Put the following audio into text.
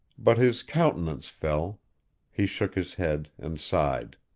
but his countenance fell he shook his head, and sighed.